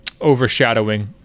overshadowing